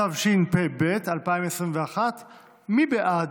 התשפ"ב 2021. מי בעד?